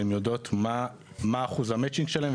יודעות מה אחוז המצ'ינג שלהן,